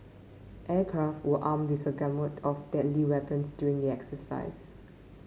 aircraft were armed with a gamut of deadly weapons during the exercise